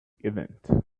event